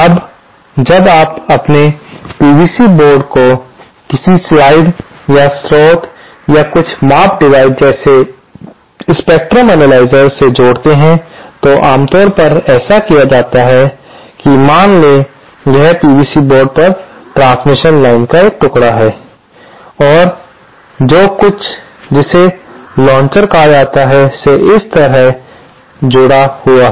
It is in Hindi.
अब जब आप अपने पीसीबी बोर्ड को किसी डिवाइस या स्रोत या कुछ माप डिवाइस जैसे स्पेक्ट्रम अनलयसेर से जोड़ते हैं तो आमतौर पर ऐसा किया जाता है कि मान लें कि यह पीसीबी बोर्ड पर ट्रांसमिशन लाइन का एक टुकड़ा है जो कुछ जिसे लॉन्चर कहा जाता है से इस तरह से जुड़ा हुआ है